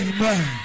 Amen